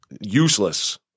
useless